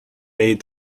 made